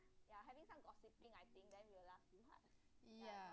ya